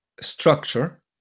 structure